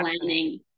planning